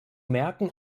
merken